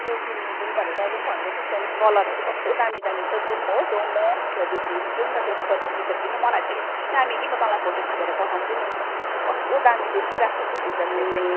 त्यो किन्नु जाउँ भनेर तैँले पनि भन्दै थिइस् त्यहाँदेखि कलरहरू कस्तो दामी दामी छ जाउँ हो तँ म त्यहाँदेखि जाउँ न त्यो टी सर्ट किन्नु मलाई चाहिँ यति दामी कि म तँलाई फोटो खिचेर पठाउँछु नि कस्तो दामी देखिरहेको छ त्यो टी सर्टले चाहिँ